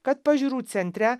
kad pažiūrų centre